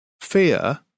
fear